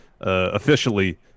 officially